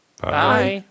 Bye